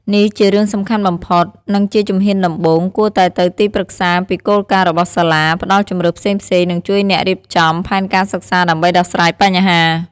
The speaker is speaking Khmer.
នេះជារឿងសំខាន់បំផុត និងជាជំហានដំបូង គួរតែទៅទីប្រឹក្សាពីគោលការណ៍របស់សាលា ផ្តល់ជម្រើសផ្សេងៗ និងជួយអ្នករៀបចំ ផែនការសិក្សាដើម្បីដោះស្រាយបញ្ហា។